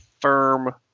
firm